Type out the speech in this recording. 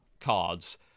cards